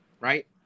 right